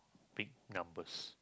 big numbers